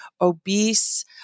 obese